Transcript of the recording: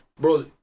Bro